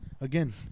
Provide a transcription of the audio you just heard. Again